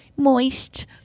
moist